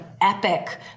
Epic